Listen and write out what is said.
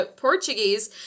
Portuguese